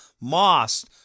Moss